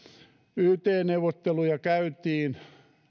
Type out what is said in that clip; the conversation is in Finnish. yt neuvotteluja käytiin